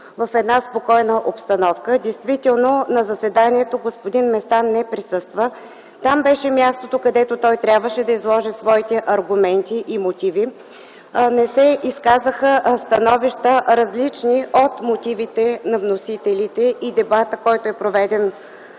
в една спокойна обстановка. Действително на заседанието господин Местан не присъства. Там беше мястото, където той трябваше да изложи своите аргументи и мотиви. Не се изказаха становища, различни от мотивите на вносителите, и дебатът, който е проведен